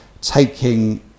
taking